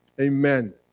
Amen